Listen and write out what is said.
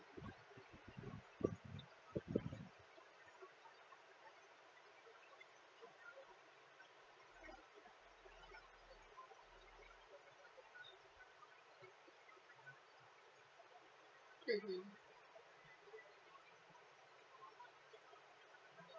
mmhmm